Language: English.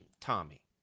Tommy